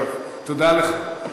תודה לך.